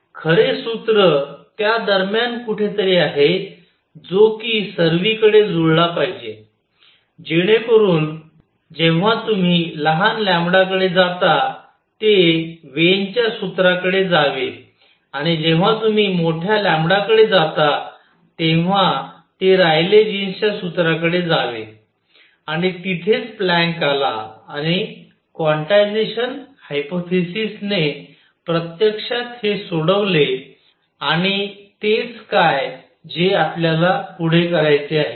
खरे सूत्र त्या दरम्यान कुठेतरी आहे जो कि सर्वीकडे जुळला पाहिजे जेणेकरून जेव्हा तुम्ही लहान कडे जाता ते वेन च्या सूत्राकडे जावे आणि जेव्हा तुम्ही मोठ्या कडे जाता तेव्हा ते रायले जीन्स च्या सूत्राकडे जावे आणि तिथेच प्लॅंक आला आणि क्वांटायझेशन हायपोथेसिस ने प्रत्यक्षात हे सोडवले आणि ते काय आहे हे आपल्याला पुढे करायचे आहे